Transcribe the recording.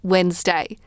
Wednesday